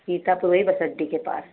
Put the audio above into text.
सीतापुर वही बस अड्डे के पास